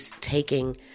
taking